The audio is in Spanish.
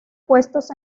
puestos